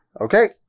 Okay